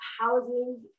housing